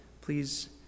Please